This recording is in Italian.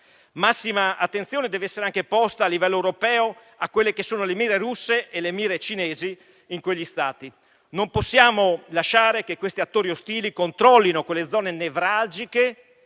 Massima attenzione deve essere anche posta a livello europeo a quelle che sono le mire russe e le mire cinesi in quegli Stati. Non possiamo lasciare che questi attori ostili controllino quelle zone nevralgiche